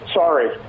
sorry